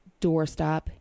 doorstop